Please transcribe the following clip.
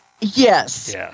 Yes